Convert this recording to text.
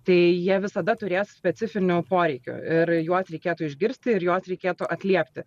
tai jie visada turės specifinių poreikių ir juos reikėtų išgirsti ir juos reikėtų atliepti